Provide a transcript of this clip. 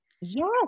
Yes